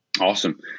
Awesome